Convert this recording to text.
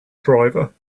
driver